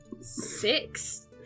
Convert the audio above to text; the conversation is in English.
six